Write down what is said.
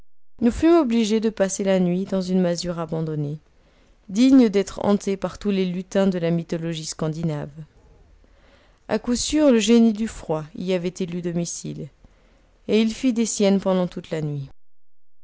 nous fûmes obligés de passer la nuit dans une masure abandonnée digne d'être hantée par tous les lutins de la mythologie scandinave à coup sûr le génie du froid y avait élu domicile et il fît des siennes pendant toute la nuit